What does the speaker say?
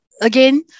again